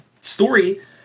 story